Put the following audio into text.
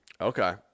Okay